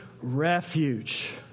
refuge